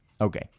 Okay